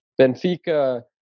Benfica